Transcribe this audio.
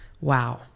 Wow